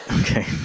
Okay